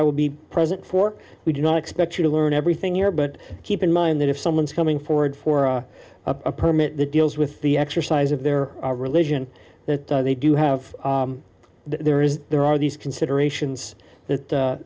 i will be present for we do not expect you to learn everything here but keep in mind that if someone is coming forward for a permit that deals with the exercise of their religion that they do have there is there are these considerations that